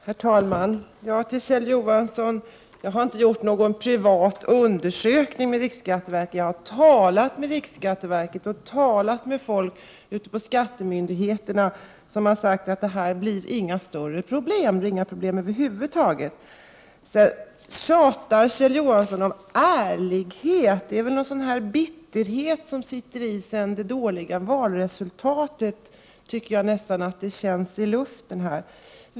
Herr talman! Till Kjell Johansson: Jag har inte gjort någon privat undersökning, utan jag har talat med riksskatteverket och med folk på skattemyndigheterna, och de har sagt att det inte blir några större problem eller några problem över huvud taget. Kjell Johansson tjatar om ärlighet. Det är väl något slags bitterhet som sitter i sedan det dåliga valresultatet. Så tycker jag att det känns i luften.